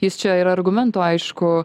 jis čia ir argumentų aišku